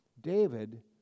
David